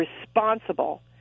responsible